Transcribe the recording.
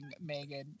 megan